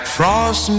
Frost